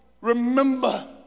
Remember